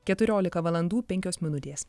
keturiolika valandų penkios minutės